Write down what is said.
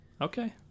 okay